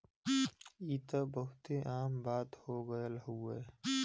ई त बहुते आम बात हो गइल हउवे